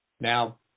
Now